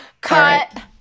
cut